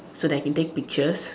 so that I can take pictures